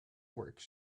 works